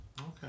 Okay